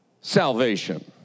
salvation